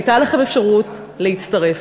הייתה לכם אפשרות להצטרף,